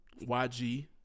YG